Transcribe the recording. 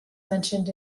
mentioned